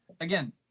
Again